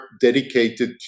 dedicated